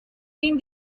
been